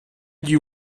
gli